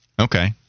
Okay